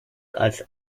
als